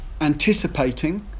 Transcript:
anticipating